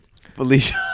Felicia